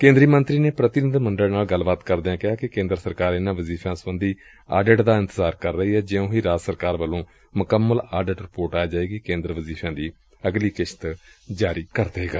ਕੇਂਦਰੀ ਮੰਤਰੀ ਨੇ ਪ੍ਤੀਨਿਧ ਮੰਡਲ ਨਾਲ ਗੱਲਬਾਤ ਕਰਦਿਆਂ ਕਿਹਾ ਕਿ ਕੇਂਦਰ ਸਰਕਾਰ ਇਨੂਾਂ ਵਜੀਫਿਆਂ ਸਬੰਧੀ ਆਡਿਟ ਦਾ ਇੰਤਜ਼ਾਰ ਕਰ ਰਹੀ ਏ ਜਿਉਂ ਹੀ ਰਾਜ ਸਰਕਾਰ ਵੱਲੋਂ ਮੁਕੰਮਲ ਆਡਿਟ ਰਿਪੋਰਟ ਆ ਜਾਏਗੀ ਕੇਂਦਰ ਵਜ਼ੀਫਿਆਂ ਦੀ ਅਗਲੀ ਕਿਸ਼ਤ ਜਾਰੀ ਕਰ ਦਏਗਾ